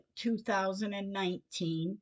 2019